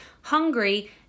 hungry